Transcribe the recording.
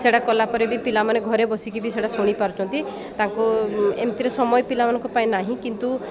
ସେଇଟା କଲାପରେ ବି ପିଲାମାନେ ଘରେ ବସିକି ବି ସେଇଟା ଶୁଣି ପାରୁଛନ୍ତି ତାଙ୍କୁ ଏମିତିର ସମୟ ପିଲାମାନଙ୍କ ପାଇଁ ନାହିଁ କିନ୍ତୁ